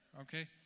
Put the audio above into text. Okay